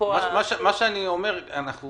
אתם